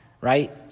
right